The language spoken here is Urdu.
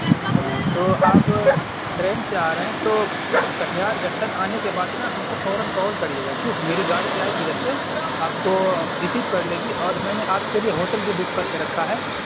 ہاں تو آپ ٹرین سے آ رہے ہیں تو کٹیہار جکشن آنے کے بعد نا ہم کو فوراً کال کریے گا ٹھیک میری گاڑی جائے گی ادھر سے آپ کو رسیو کر لے گی اور میں نے آپ کے لیے ہوٹل بھی بک کر کے رکھا ہے